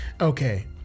Okay